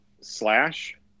Slash